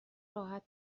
راحت